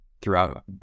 throughout